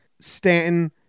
Stanton